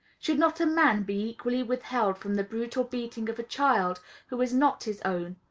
should not a man be equally withheld from the brutal beating of a child who is not his own,